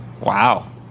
Wow